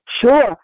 Sure